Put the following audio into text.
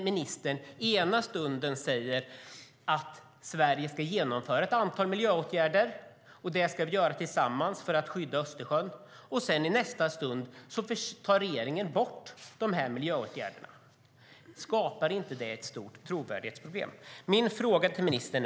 Ministern säger ena stunden att Sverige ska vidta ett antal miljöåtgärder. Det ska vi göra tillsammans för att skydda Östersjön. I nästa stund tar regeringen bort miljöåtgärderna. Skapar inte det ett stort trovärdighetsproblem?